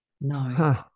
No